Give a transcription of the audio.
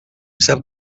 sap